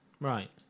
Right